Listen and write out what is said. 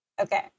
okay